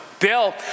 Bill